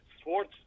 sports